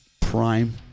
Prime